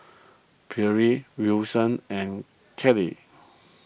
Perley Wilson and Kelley